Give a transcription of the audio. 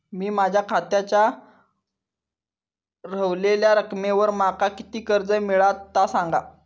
मी माझ्या खात्याच्या ऱ्हवलेल्या रकमेवर माका किती कर्ज मिळात ता सांगा?